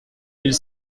mille